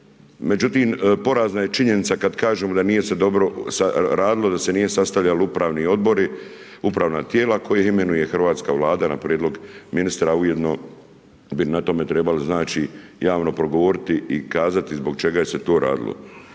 Međutim, porazna je činjenica, kada kažemo da nije se dobro radilo, da se nije sastajali upravni odbori, upravna tijela koje imenuje hrvatska Vlada na prijedlog ministra, ujedno bi na tome trebali znači javno progovoriti i kazati zbog čega je se to radilo.